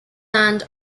and